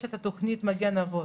יש את התוכנית 'מגן אבות',